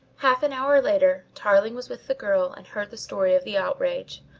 half an hour later tarling was with the girl and heard the story of the outrage.